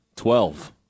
Twelve